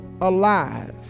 alive